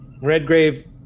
Redgrave